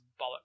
bollocks